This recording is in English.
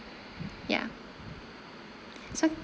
ya so